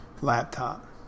laptop